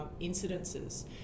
incidences